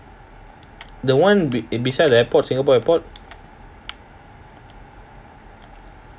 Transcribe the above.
the one be~ it beside the airport singapore airport